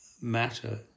matter